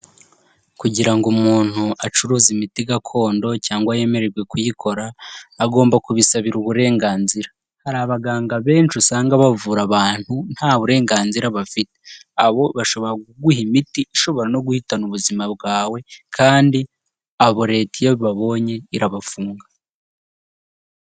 Kugira ngo umuntu acuruze imiti gakondo cyangwa yemererwe kuyikora, agomba kubisabira uburenganzira. Hari abaganga benshi usanga bavura abantu nta burenganzira bafite. Abo bashobora kuguha imiti ishobora no guhitana ubuzima bwawe, kandi abo leta iyo ibabonye irabafunga.